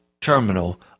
terminal